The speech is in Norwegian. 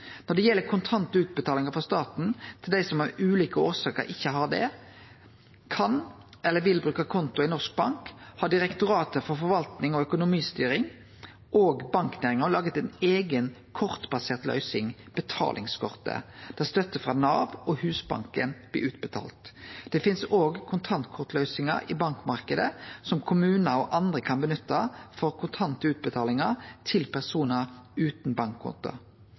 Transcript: Når det gjeld kontantutbetalingar frå staten til dei som av ulike årsaker ikkje har, kan eller vil bruke konto i ein norsk bank, har Direktoratet for forvaltning og økonomistyring og banknæringa laga ei eiga, kortbasert løysing, «Betalingskortet», der stønad frå Nav og Husbanken blir utbetalt. Det finst òg kontantkortløysingar i bankmarknaden som kommunar og andre kan nytte for kontantutbetalingar til personar utan bankkonto.